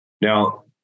Now